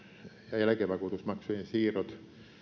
ja eläkevakuutusmaksujen siirrot